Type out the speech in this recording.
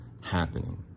happening